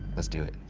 let's do it.